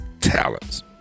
talents